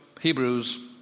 Hebrews